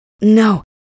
No